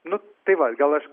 nu tai vat gal aš